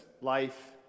life